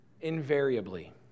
Invariably